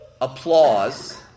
applause